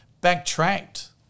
backtracked